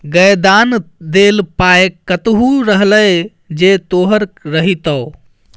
गै दान देल पाय कतहु रहलै जे तोहर रहितौ